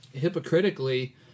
hypocritically